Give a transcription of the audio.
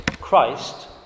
Christ